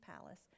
palace